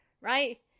right